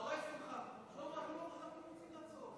כנסת נכבדה, השבוע פרשת שלח לך,